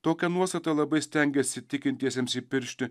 tokią nuostatą labai stengėsi tikintiesiems įpiršti